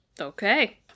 Okay